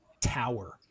tower